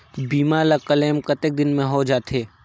बीमा ला क्लेम कतेक दिन मां हों जाथे?